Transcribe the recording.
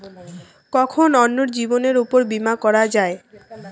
কখন অন্যের জীবনের উপর বীমা করা যায়?